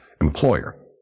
employer